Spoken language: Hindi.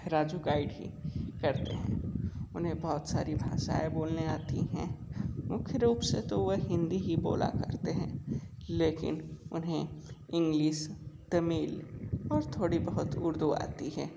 राजू गाइड ही करते हैं उन्हें बहुत सारी भाषाएं बोलने आती हैं मुख्य रूप से तो वह हिंदी ही बोला करते हैं लेकिन उन्हें इंग्लिश तमिल और थोड़ी बहुत उर्दू आती है